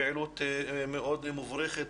פעילות מאוד מבורכת,